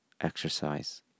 exercise